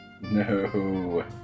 no